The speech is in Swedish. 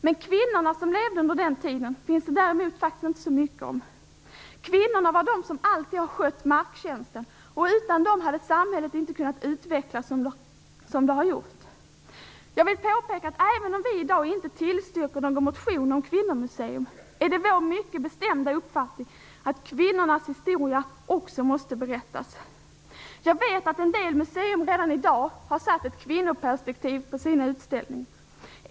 Men kvinnorna som levde under den tiden står det faktiskt inte så mycket om. Kvinnorna är de som alltid har skött marktjänsten. Utan dem hade samhället inte kunnat utvecklas som det har gjort. Jag vill påpeka att även om vi i dag inte tillstyrker någon motion om kvinnomuseum är det vår mycket bestämda uppfattning att kvinnornas historia också måste berättas. Jag vet att en del museer redan i dag har ett kvinnoperspektiv på sina utställningar.